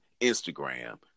Instagram